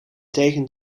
tegen